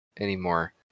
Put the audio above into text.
anymore